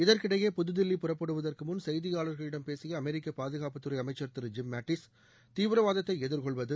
இதற்கிடையே புதுதில்லி புறப்படுவதற்குமுன் செய்தியாளர்களிடம் பேசிய அமெரிக்க பாதுகாப்புத்துறை அமைச்சர் திரு ஜிம்மேட்டிஸ் தீவிரவாதத்தை எதிர்கொள்வது